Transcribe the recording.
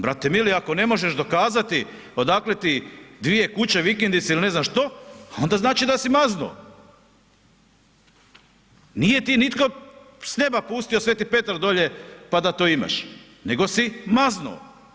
Brate mili, ako ne možeš dokazati odakle ti dvije kuće, vikendice ili ne znam što, ha onda znači da si maznuo, nije ti nitko s nema pustio, Sv. Petar dolje, pa da to imaš, nego si maznuo.